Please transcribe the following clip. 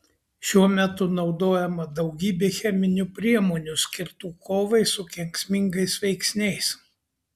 šiuo metu naudojama daugybė cheminių priemonių skirtų kovai su kenksmingais veiksniais